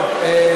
טוב.